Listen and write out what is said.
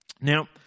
Now